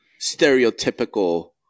stereotypical